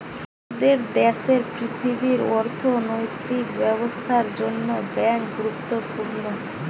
মোরদের দ্যাশের পৃথিবীর অর্থনৈতিক ব্যবস্থার জন্যে বেঙ্ক গুরুত্বপূর্ণ